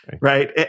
Right